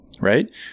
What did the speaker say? right